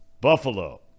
Buffalo